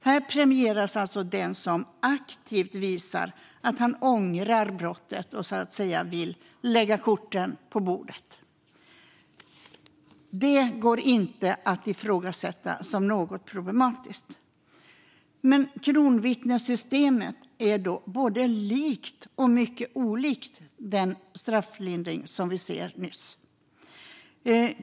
Här premieras alltså den som aktivt visar att den ångrar brottet och så att säga vill lägga korten på bordet. Det går inte att ifrågasätta som något problematiskt. Kronvittnessystemet är både likt och mycket olikt den strafflindring som vi sett nyss.